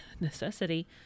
necessity